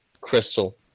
crystal